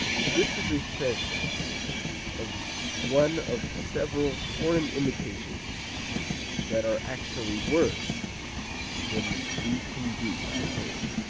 this is a fair sample of one of several foreign imitations that are actually worse than we can do at home.